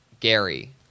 Gary